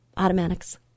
Automatics